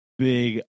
big